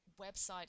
website